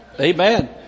Amen